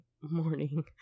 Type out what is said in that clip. morning